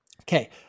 Okay